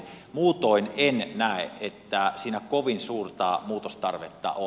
muutoin en näe että siinä kovin suurta muutostarvetta on